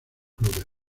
clubes